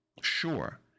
sure